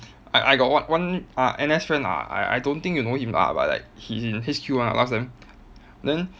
I I got one one uh N_S friend ah I I don't think you know him ah but like he's in H_Q ah last time then